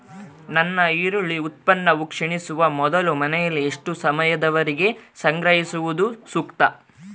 ನನ್ನ ಈರುಳ್ಳಿ ಉತ್ಪನ್ನವು ಕ್ಷೇಣಿಸುವ ಮೊದಲು ಮನೆಯಲ್ಲಿ ಎಷ್ಟು ಸಮಯದವರೆಗೆ ಸಂಗ್ರಹಿಸುವುದು ಸೂಕ್ತ?